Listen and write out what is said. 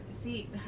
see